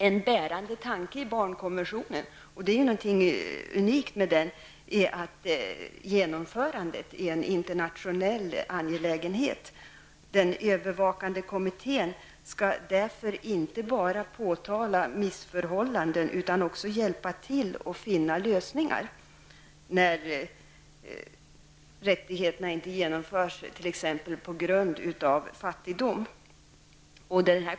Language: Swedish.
En bärande och unik tanke i barnkonventionen att genomförandet av detta arbete är en internationell angelägenhet. Den övervakande kommitttén skall därför inte bara påtala missförhållanden utan också hjälpa till att finna lösningar, när rättigheter ej kan förverkligas t.ex. på grund av fattigdom.